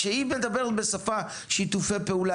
כשהיא מדברת בשפה שיתופי פעולה,